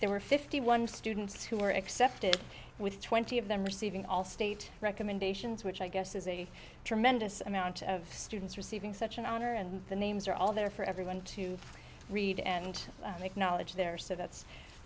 there were fifty one students who were accepted with twenty of them receiving all state recommendations which i guess is a tremendous amount of students receiving such an honor and the names are all there for everyone to read and acknowledge their so that's